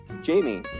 Jamie